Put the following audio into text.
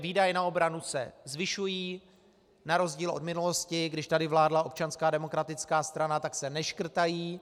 Výdaje na obranu se zvyšují, na rozdíl od minulosti, když tady vládla Občanská demokratická strana, tak se neškrtají.